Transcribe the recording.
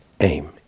aim